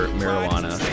marijuana